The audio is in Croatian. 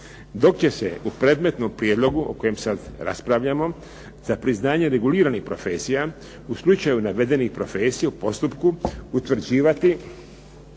dok će se u predmetnom prijedlogu o kojem sad raspravljamo za priznanje reguliranih profesija u slučaju navedenih profesija u postupku utvrđivati